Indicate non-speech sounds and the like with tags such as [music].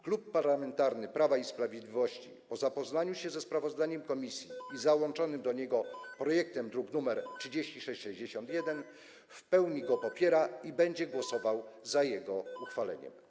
Klub Parlamentarny Prawo i Sprawiedliwość, po zapoznaniu się ze sprawozdaniem komisji i załączonym do niego [noise] projektem, druk nr 3661, w pełni go popiera i będzie głosował za jego uchwaleniem.